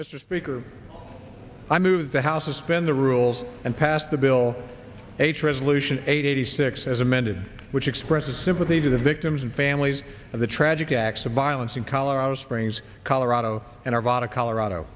mr speaker i move the house bend the rules and pass the bill h resolution eight eighty six as amended which expresses sympathy to the victims and families of the tragic acts of violence in colorado springs colorado and nevada colorado